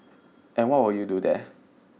and what will you do there